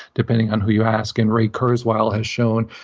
depending on who you ask. and ray kurzweil has shown,